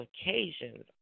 occasions